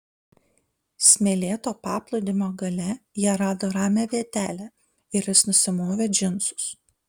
smėlėto paplūdimio gale jie rado ramią vietelę ir jis nusimovė džinsus